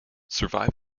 survived